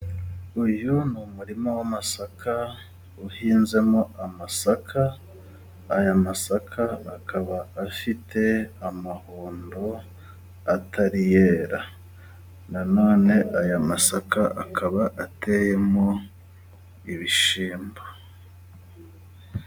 Uyu ni umurima w'amasaka ,uhinzemo amasaka. Aya masaka akaba afite amahundo atari yera nanone aya masaka akaba ateyemo ibishyimbo.